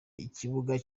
ikibuga